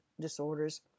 disorders